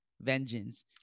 vengeance